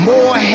More